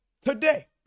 today